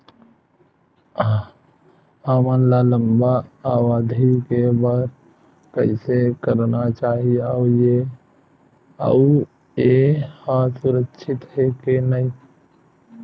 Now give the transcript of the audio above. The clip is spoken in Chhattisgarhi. हमन ला लंबा अवधि के बर कइसे करना चाही अउ ये हा सुरक्षित हे के नई हे?